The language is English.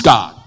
God